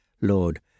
Lord